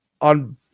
on